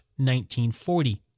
1940